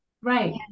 Right